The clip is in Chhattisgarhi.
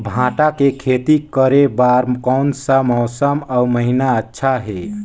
भांटा के खेती करे बार कोन सा मौसम अउ महीना अच्छा हे?